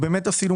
ישבנו